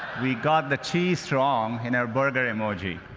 we got the cheese wrong in our burger emoji.